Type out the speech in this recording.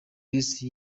grace